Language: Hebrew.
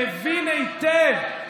מבין היטב.